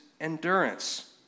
endurance